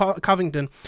Covington